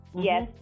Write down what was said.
Yes